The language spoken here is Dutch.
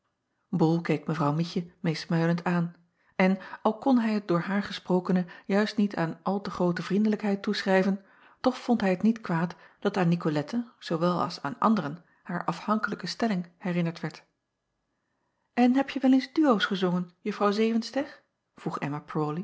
ol keek w ietje meesmuilend aan en al kon hij het door haar gesprokene juist niet aan al te groote vriendelijkheid toeschrijven toch vond hij het niet kwaad dat aan icolette zoowel als aan anderen haar afhankelijke stelling herinnerd werd n hebje wel eens duoos gezongen uffrouw evenster vroeg